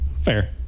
Fair